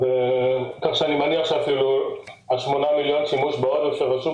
אני מניח שאפילו ה-8 מיליון שימוש בעודף של השוק,